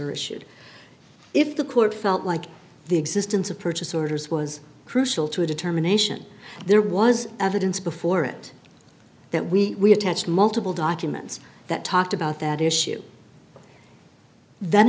are issued if the court felt like the existence of purchase orders was crucial to a determination there was evidence before it that we test multiple documents that talked about that issue then